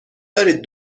دارید